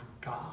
God